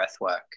breathwork